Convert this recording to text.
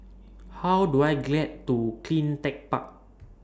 How Do I get to CleanTech Park